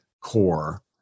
core